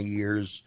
years